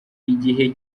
igihe